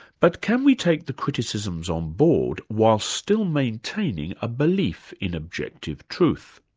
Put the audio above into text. but can we take the criticisms on board while still maintaining a belief in objective truth?